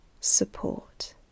support